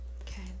Okay